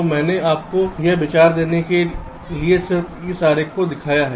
तो मैंने आपको यह आरेख यह विचार देने के लिए सिर्फ यह आरेख दिखाया है